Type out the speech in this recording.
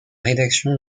rédaction